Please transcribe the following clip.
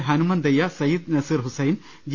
Hanumanthaiah Syed Naseer Hussain G